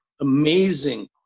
amazing